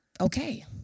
okay